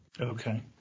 Okay